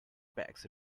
bags